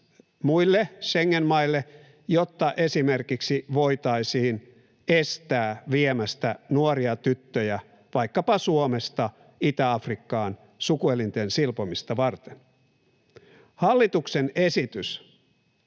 muille Schengen-maille, jotta esimerkiksi voitaisiin estää viemästä nuoria tyttöjä vaikkapa Suomesta Itä-Afrikkaan sukuelinten silpomista varten. Hallituksen esitys,